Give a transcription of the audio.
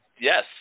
yes